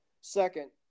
second